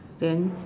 then